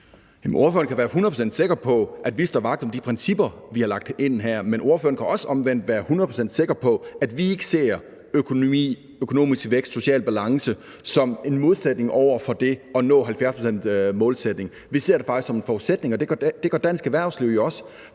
Ordføreren kan være hundrede procent sikker på, at vi står vagt om de principper, vi har lagt ind her, men ordføreren kan omvendt også være hundrede procent sikker på, at vi ikke ser økonomi, økonomisk vækst, social balance som en modsætning til det at nå 70-procentsmålsætningen. Vi ser det faktisk som en forudsætning, og det gør dansk erhvervsliv jo